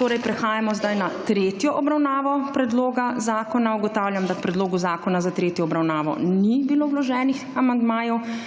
Torej prehajamo zdaj na tretjo obravnavo predloga zakona. Ugotavljam, da k predlogu zakona za tretjo obravnavo ni bilo vloženih amandmajev